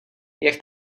jak